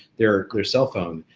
their their cell phone.